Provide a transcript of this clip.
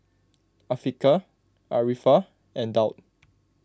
Afiqah Arifa and Daud